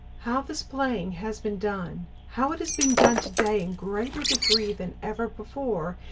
how this playing has been done, how it is being done today in greater degree than ever before,